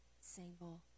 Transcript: single